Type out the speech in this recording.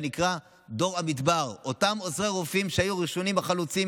שנקראים "דור המדבר" אותם עוזרי רופאים שיהיו הראשונים והחלוצים